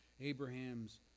Abraham's